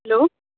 hello